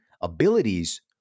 abilities